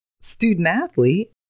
student-athlete